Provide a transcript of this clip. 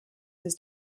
his